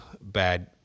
bad